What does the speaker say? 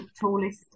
tallest